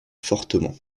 fortement